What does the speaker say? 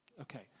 Okay